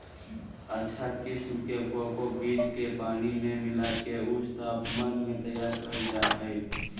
अच्छा किसम के कोको बीज के पानी मे मिला के ऊंच तापमान मे तैयार करल जा हय